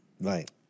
right